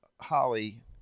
Holly